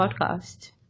podcast